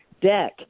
deck